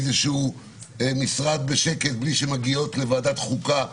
איזשהו משרד בשקט בלי שמגיעות לוועדת החוקה,